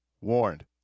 warned